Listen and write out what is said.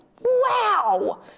wow